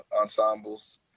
ensembles